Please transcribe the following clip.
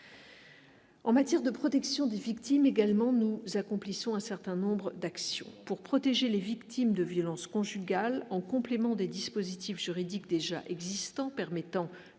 En matière de protection des victimes également nous accomplissons un certain nombre d'actions pour protéger les victimes de violences conjugales en complément des dispositifs juridiques déjà existants, permettant